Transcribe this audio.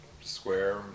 square